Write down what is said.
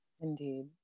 Indeed